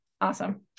awesome